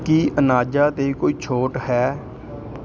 ਕੀ ਅਨਾਜਾਂ 'ਤੇ ਕੋਈ ਛੋਟ ਹੈ